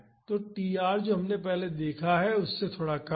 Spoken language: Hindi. तो tr जो हमने पहले देखा है उससे थोड़ा कम है